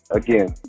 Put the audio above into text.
again